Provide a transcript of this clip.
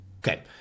Okay